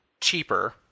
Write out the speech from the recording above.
cheaper—